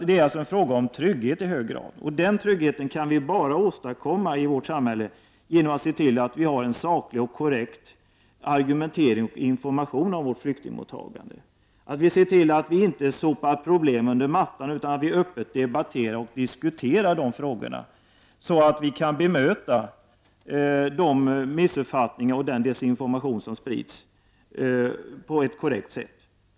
Det är alltså fråga om trygghet i hög grad. Trygghet kan vi åstadkomma i vårt samhälle genom att se till att vi har en saklig, korrekt argumentering och information när det gäller vårt flyktingmottagande. Vi bör se till att vi inte sopar problemen under mattan utan att vi öppet debatterar och diskuterar frågorna, så att vi på ett korrekt sätt kan bemöta de missuppfattningar och den desinformation som sprids.